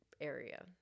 area